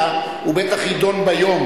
אשר יזמו חברי הכנסת אלכס מילר,